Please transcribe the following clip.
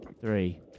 three